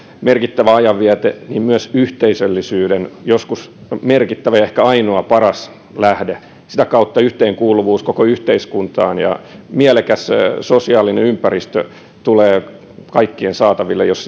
merkittävä ajanviete myös yhteisöllisyyden joskus merkittävä ja ehkä ainoa paras lähde sitä kautta yhteenkuuluvuus koko yhteiskuntaan ja mielekäs sosiaalinen ympäristö tulevat kaikkien saataville jos